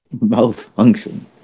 Malfunction